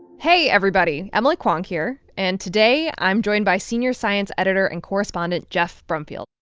hey, everybody. emily kwong here. and today, i'm joined by senior science editor and correspondent geoff brumfiel.